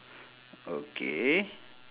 okay